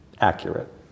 accurate